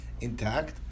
intact